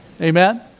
Amen